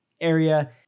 area